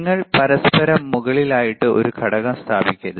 നിങ്ങൾ പരസ്പരം മുകളിൽ ആയിട്ടു ഒരു ഘടകം സ്ഥാപിക്കരുത്